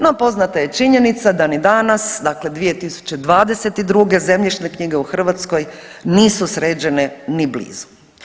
No, poznata je činjenica da ni danas, dakle 2022. zemljišne knjige u Hrvatskoj nisu sređene ni blizu.